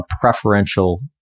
preferential